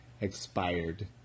expired